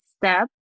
step